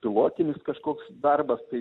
pilotinis kažkoks darbas tai